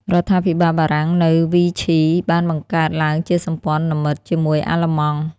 រដ្ឋាភិបាលបារាំងនៅ វីឈី បានបង្កើតឡើងជាសម្ព័ន្ធមិត្តជាមួយអាល្លឺម៉ង់។